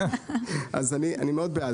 אני מאוד בעד.